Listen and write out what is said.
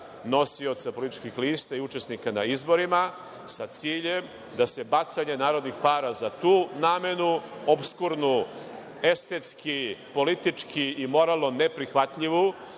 nosioca političkih lista i učesnika na izborima sa ciljem da se bacanje narodnih para za tu namenu, opskurnu, estetski i politički i moralno neprihvatljivu